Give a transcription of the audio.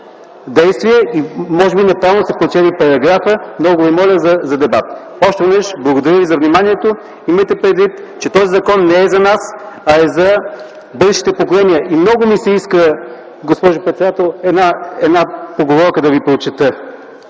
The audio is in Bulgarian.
действие. Може би неправилно сте прочели параграфа. Много Ви моля за дебат по въпроса. Още веднъж: благодаря ви за вниманието! Имайте предвид, че този закон не е за нас, а е за бъдещите поколения. И много ми се иска, госпожо председател, една поговорка да Ви прочета: